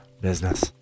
business